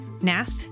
Nath